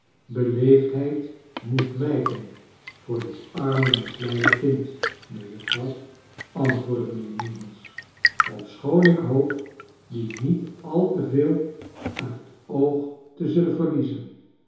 beleefdheid moet wijken voor dit arme misleide kind mejuffrouw j antwoordde mijnheer meagles ofschoon ik hoop die niet al te veel uit het oog te zullen verliezen